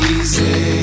Easy